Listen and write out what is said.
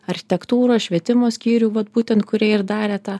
architektūros švietimo skyrių vat būtent kurie ir darė tą